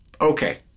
Okay